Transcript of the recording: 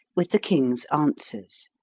with the king', answers.